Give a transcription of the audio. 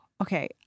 Okay